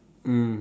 mm